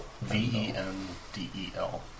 V-E-N-D-E-L